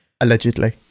allegedly